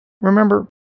Remember